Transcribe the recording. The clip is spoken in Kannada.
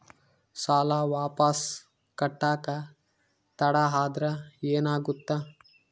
ಸಾಲ ವಾಪಸ್ ಕಟ್ಟಕ ತಡ ಆದ್ರ ಏನಾಗುತ್ತ?